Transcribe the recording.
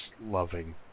loving